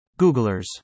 Googlers